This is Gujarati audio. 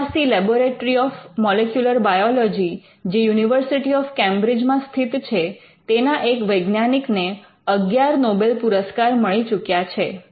M R C laboratory of molecular biology જે યુનિવર્સિટી ઓફ કેમ્બ્રિજમાં સ્થિત છે તેના એક વૈજ્ઞાનિકને ૧૧ નોબેલ પુરસ્કાર મળી ચૂક્યા છે